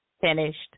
finished